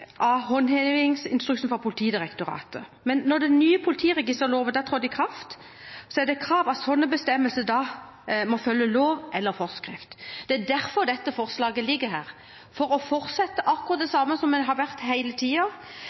av håndhevingsinstruksen fra Politidirektoratet. Men etter at den nye politiregisterloven trådte i kraft, er det krav om at sånne bestemmelser da må følge lov eller forskrift. Det er derfor dette forslaget ligger her, for å fortsette akkurat med det samme som har vært hele